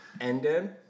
Ended